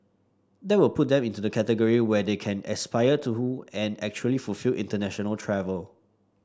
that will put them into the category where they can aspire to and actually fulfil international travel